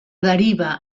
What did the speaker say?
deriva